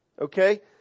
Okay